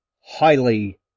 highly